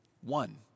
one